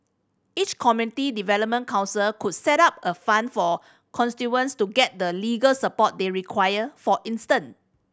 each community development council could set up a fund for to get the legal support they require for instance